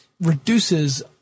reduces